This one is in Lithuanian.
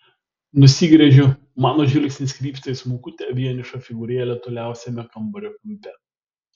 nusigręžiu mano žvilgsnis krypsta į smulkutę vienišą figūrėlę toliausiame kambario kampe